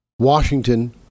Washington